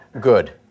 Good